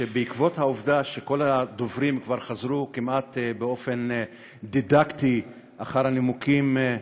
שבעקבות העובדה שכל הדוברים חזרו באופן כמעט דידקטי אחר הנימוקים,